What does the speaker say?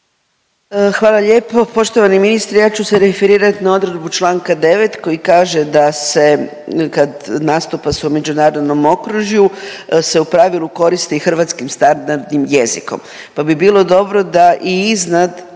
Hvala lijepo. Poštovani ministre ja ću se referirati na odredbu članka 9. koji kaže da se kad nastupa se u međunarodnom okružju se u pravilu koristi hrvatskim standardnim jezikom, pa bi bilo dobro da i iznad